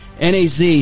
NAZ